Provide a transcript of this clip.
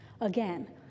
Again